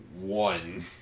One